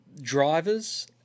drivers